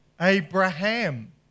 Abraham